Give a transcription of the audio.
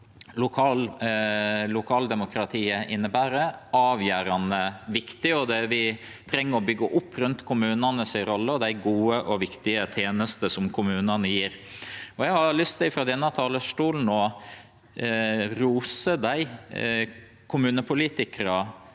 lokaldemokratiet inneber, avgjerande viktig. Vi treng å byggje opp rundt kommunane si rolle og dei gode og viktige tenestene som kommunane gjev. Eg har lyst til frå denne talarstolen å rose dei kommunepolitikarane